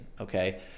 okay